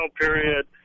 period